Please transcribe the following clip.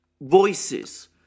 voices